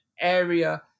area